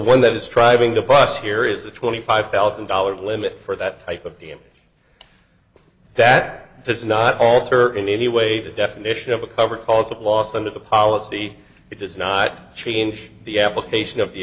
one that is striving to plus here is the twenty five thousand dollars limit for that type of damage that does not alter in any way the definition of a cover cause of loss under the policy it does not change the application of the